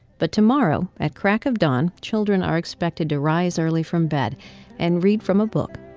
but tomorrow, at crack of dawn, children are expected to rise early from bed and read from a book,